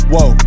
Whoa